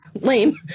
Lame